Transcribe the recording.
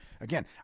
Again